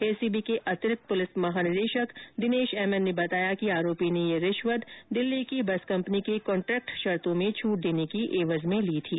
ACB के अतिरिक्त पुलिस महानिदेशक दिनेश एमएन ने बताया कि आरोपी ने यह रिश्वत दिल्ली की बस कंपनी के कॉन्ट्रैक्ट शर्तों में छूट देने की एवज में ली थी